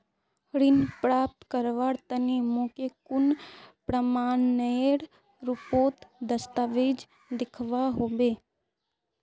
ऋण प्राप्त करवार तने मोक कुन प्रमाणएर रुपोत दस्तावेज दिखवा होबे?